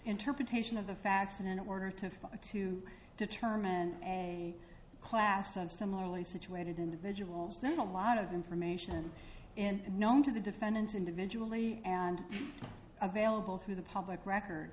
interpretation of the facts in order to fight to determine a class of similarly situated individuals there is a lot of information and known to the defendants individually and available through the public record